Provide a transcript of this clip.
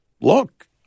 look